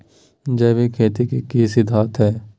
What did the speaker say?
जैविक खेती के की सिद्धांत हैय?